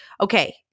Okay